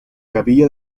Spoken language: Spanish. capilla